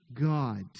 God